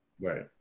right